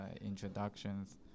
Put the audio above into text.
introductions